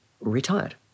retired